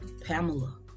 Pamela